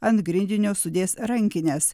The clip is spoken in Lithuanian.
ant grindinio sudės rankines